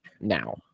now